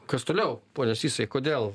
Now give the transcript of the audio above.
kas toliau pone sysai kodėl